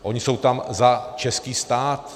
Oni jsou tam za český stát.